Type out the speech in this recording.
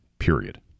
Period